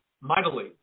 mightily